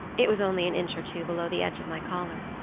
it was only an inch or two below the edge of my collar.